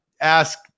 Ask